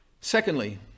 Secondly